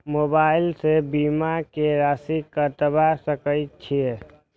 Mobile से बीमा के राशि कटवा सके छिऐ?